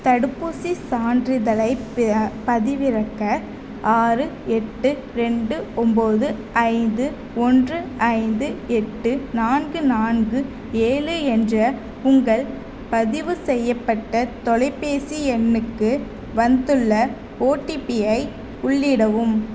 தடுப்பூசி சான்றிதழை பெ பதிவிறக்க ஆறு எட்டு ரெண்டு ஒம்பது ஐந்து ஒன்று ஐந்து எட்டு நான்கு நான்கு ஏழு என்ற உங்கள் பதிவு செய்யப்பட்ட தொலைபேசி எண்ணுக்கு வந்துள்ள ஓடிபியை உள்ளிடவும்